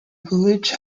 village